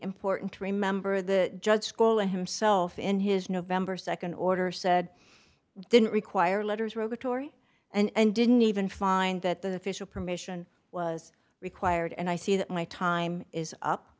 important to remember the judge school and himself in his november nd order said didn't require letters rotatory and didn't even find that the fischel permission was required and i see that my time is up